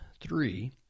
three